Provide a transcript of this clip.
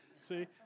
See